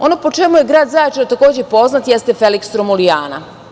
Ono po čemu je grad Zaječar takođe poznat jeste Feliks Romulijana.